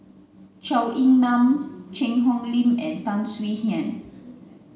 Zhou Ying Nan Cheang Hong Lim and Tan Swie Hian